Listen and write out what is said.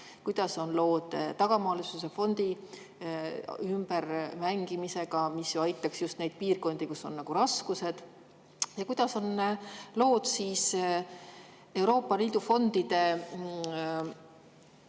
Kuidas on lood [tasandus]fondi ümbermängimisega, mis ju aitaks just neid piirkondi, kus on raskused? Kuidas on lood Euroopa Liidu fondide